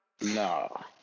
No